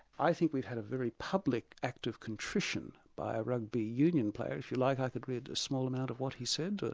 i think we've had a very public act of contrition by a rugby union player if you like could read a small amount of what he said.